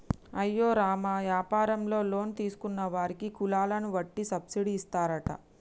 అయ్యో రామ యాపారంలో లోన్ తీసుకున్న వారికి కులాలను వట్టి సబ్బిడి ఇస్తారట